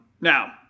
Now